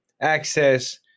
access